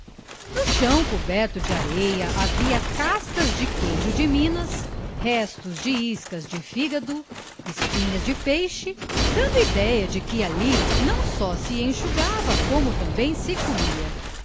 no chão coberto de areia havia cascas de queijo de minas restos de iscas de fígado espinhas de peixe dando idéia de que ali não só se enxugava como também se comia